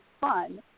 fun